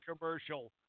commercial